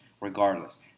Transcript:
regardless